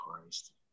Christ